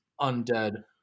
Undead